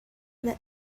let